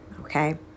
okay